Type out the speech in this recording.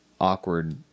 awkward